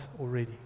already